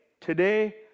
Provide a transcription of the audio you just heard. today